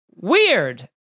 weird